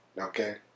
Okay